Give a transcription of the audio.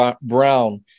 Brown